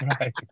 Right